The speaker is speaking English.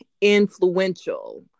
influential